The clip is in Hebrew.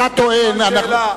בסימן שאלה.